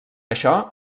això